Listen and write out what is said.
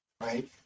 right